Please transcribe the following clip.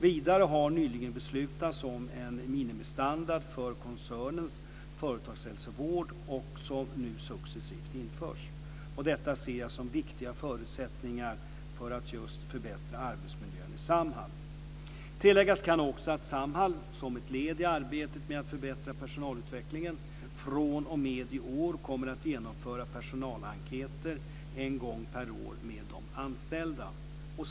Vidare har nyligen beslutats om en minimistandard för koncernens företagshälsovård som nu successivt införs. Detta ser jag som viktiga förutsättningar för att just förbättra arbetsmiljön i Samhall. Tilläggas kan också att Samhall, som ett led i arbetet med att förbättra personalutvecklingen, fr.o.m. i år kommer att genomföra personalenkäter en gång per år med de anställda.